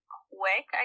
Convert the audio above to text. quick